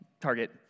Target